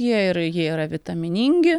jie ir jie yra vitaminingi